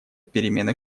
перемены